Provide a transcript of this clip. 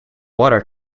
water